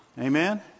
Amen